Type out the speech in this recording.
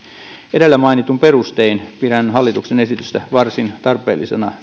edellä mainituin perustein pidän hallituksen esitystä varsin tarpeellisena